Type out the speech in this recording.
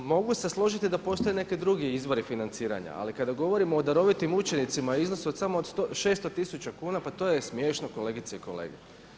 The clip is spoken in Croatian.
Mogu se složiti da postoje neki drugi izvori financiranja, ali kada govorimo o darovitim učenicima iznos od samo 600 tisuća kuna pa to je smiješno kolegice i kolege.